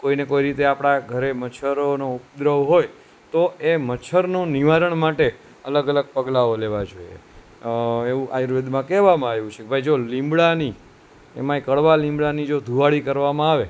કોઈને કોઈ રીતે આપણા ઘરે મચ્છરોનો ઉપદ્રવ હોય તો એ મચ્છરનું નિવારણ માટે અલગ અલગ પગલાંઓ લેવાં જોઈએ એવું આયુર્વેદમાં કહેવામાં આવ્યું છે જો ભાઈ લીમડાની એમાં કડવા લીમડાની જો ધુવાડી કરવામાં આવે